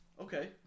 Okay